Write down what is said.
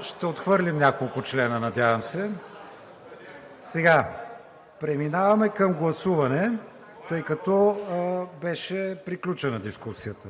ще отхвърлим няколко члена, надявам се. Преминаваме към гласуване, тъй като беше приключена дискусията.